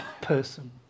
person